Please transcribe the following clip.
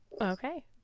Okay